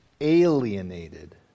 alienated